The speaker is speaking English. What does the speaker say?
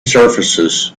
surfaces